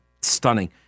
stunning